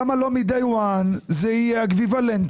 למה לא מ-day 1 זה יהיה אקוויוולנטי